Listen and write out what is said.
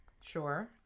sure